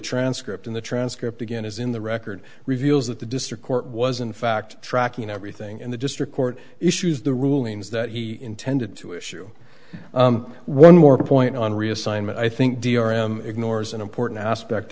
transcript in the transcript again as in the record reveals that the district court was in fact tracking everything and the district court issues the rulings that he intended to issue one more point on reassignment i think ignores an important aspect